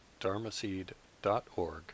dharmaseed.org